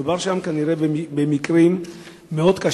כנראה מדובר שם במקרים קשים מאוד,